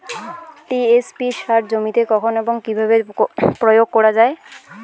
TSP সার জমিতে কখন এবং কিভাবে প্রয়োগ করা য়ায়?